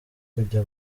kujya